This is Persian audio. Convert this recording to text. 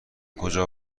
کجا